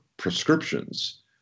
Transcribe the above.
prescriptions